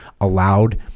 allowed